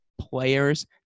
players